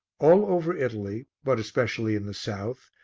all over italy, but especially in the south,